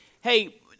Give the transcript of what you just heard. Hey